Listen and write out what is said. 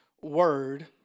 word